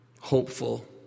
hopeful